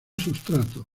sustrato